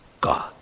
God